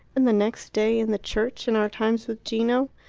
and the next day in the church and our times with gino.